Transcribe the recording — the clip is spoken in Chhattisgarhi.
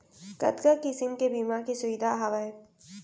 कतका किसिम के बीमा के सुविधा हावे?